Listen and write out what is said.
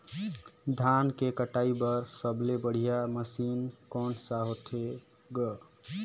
धान के कटाई बर सबले बढ़िया मशीन कोन सा होथे ग?